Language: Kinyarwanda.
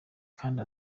kandi